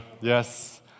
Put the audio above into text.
Yes